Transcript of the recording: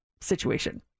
situation